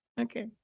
Okay